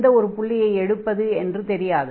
எந்த ஒரு புள்ளியை எடுப்பது என்று தெரியாது